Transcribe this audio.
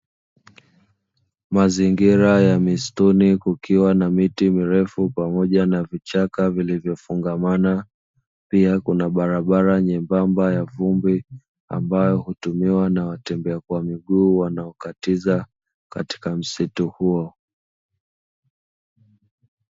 Mazingira ya misituni kukiwa na miti mirefu pamoja na vichaka vilivyofungamana, pia kuna barabara nyembamba ya vumbi ambayo hutumiwa na watembea kwa miguu wanaokatiza katika msitu huo.